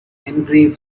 engraved